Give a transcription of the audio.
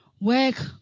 work